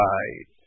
Right